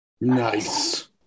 Nice